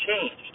changed